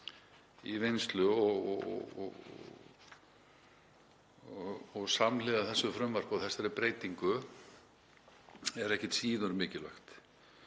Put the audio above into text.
í vinnslu samhliða þessu frumvarpi og þessari breytingu er ekkert síður mikilvægt